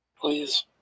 Please